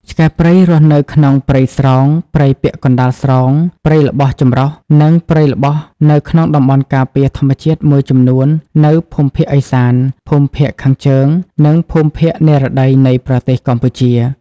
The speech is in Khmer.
ឆ្កែព្រៃរស់នៅក្នុងព្រៃស្រោង ព្រៃពាក់កណ្តាលស្រោង ព្រៃល្បោះចម្រុះ និងព្រៃល្បោះនៅក្នុងតំបន់ការពារធម្មជាតិមួយចំនួននៅភូមិភាគឦសាន ភូមិភាគខាងជើង និងភូមិភាគនិរតី នៃប្រទេសកម្ពុជា។